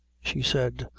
she said.